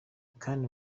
kandi